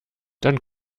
dann